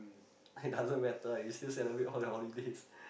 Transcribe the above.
it doesn't matter ah you still celebrate all the holidays